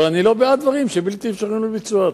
אבל אני לא בעד דברים שהם בלתי אפשריים לביצוע.